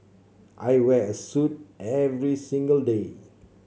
I wear a suit every single day